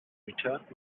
returned